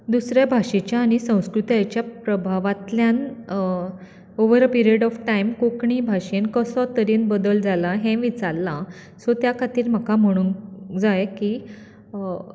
दुसऱ्या भाशेच्या आनी संस्कृतायेच्या प्रभावांतल्यान over a period of time Konkani भाशेन कसो बदल जाला हें विचारलां सो त्या खातीर म्हाका म्हणूंक जाय की